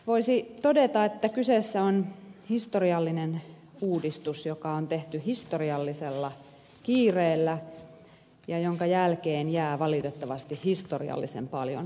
voisi todeta että kyseessä on historiallinen uudistus joka on tehty historiallisella kiireellä ja jonka jälkeen jää valitettavasti historiallisen paljon virheitä